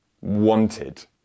wanted